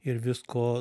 ir visko